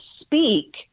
speak